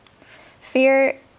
Fear